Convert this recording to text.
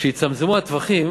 כשהצטמצמו הטווחים